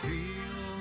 Feel